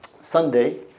Sunday